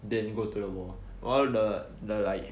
then you go to the war while the the like